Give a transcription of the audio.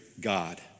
God